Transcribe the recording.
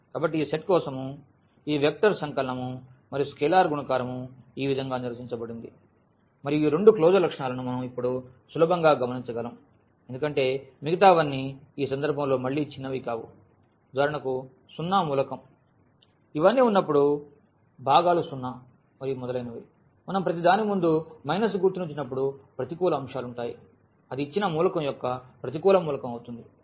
కాబట్టి ఈ సెట్ కోసం ఈ వెక్టర్ సంకలనం మరియు స్కేలార్ గుణకారం ఈ విధంగా నిర్వచించబడింది మరియు ఈ రెండు క్లోజర్ లక్షణాలను మనం ఇప్పుడు సులభంగా గమనించగలం ఎందుకంటే మిగతావన్నీ ఈ సందర్భంలో మళ్ళీ చిన్నవి కావు ఉదాహరణకు సున్నా మూలకం ఇవన్నీ ఉన్నప్పుడు భాగాలు సున్నా మరియు మొదలైనవి మనం ప్రతి దాని ముందు మైనస్ గుర్తును ఉంచినప్పుడు ప్రతికూల అంశాలు ఉంటాయి అది ఇచ్చిన మూలకం యొక్క ప్రతికూల మూలకం అవుతుంది